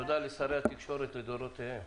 תודה לשרי התקשורת לדורותיהם.